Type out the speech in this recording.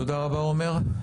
תודה רבה, עומר.